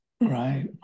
Right